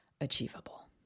achievable